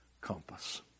compass